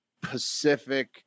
Pacific